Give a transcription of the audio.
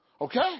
Okay